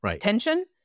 tension